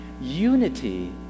Unity